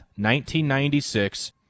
1996